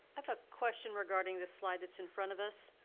a question regarding this slide that's in front of us.